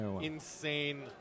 insane